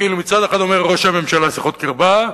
כאילו מצד אחד אומר ראש הממשלה "שיחות קרבה",